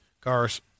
cars